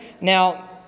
Now